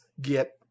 get